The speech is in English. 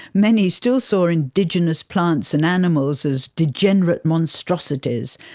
many still saw indigenous plants and animals as degenerate monstrosities,